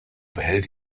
behält